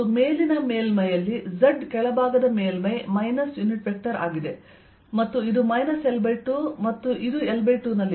ಮತ್ತು ಮೇಲಿನ ಮೇಲ್ಮೈಯಲ್ಲಿ z ಕೆಳಭಾಗದ ಮೇಲ್ಮೈ ಮೈನಸ್ ಯುನಿಟ್ ವೆಕ್ಟರ್ ಆಗಿದೆ ಮತ್ತು ಇದು L2 ಮತ್ತು ಇದು L2 ನಲ್ಲಿದೆ